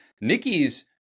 Nikki's